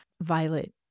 Violet